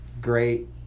great